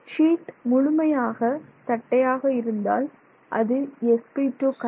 sheet முழுமையாக தட்டையாக இருந்தால் அது sp2 கலவை